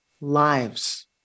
lives